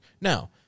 Now